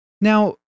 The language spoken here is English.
Now